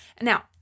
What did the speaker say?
Now